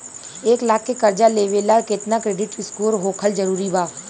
एक लाख के कर्जा लेवेला केतना क्रेडिट स्कोर होखल् जरूरी बा?